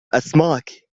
أسمعك